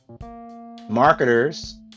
marketers